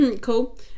cool